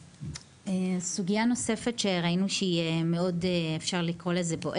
סוגיה נוספת שראינו שהיא מאוד בוערת,